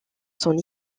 son